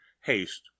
haste